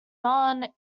not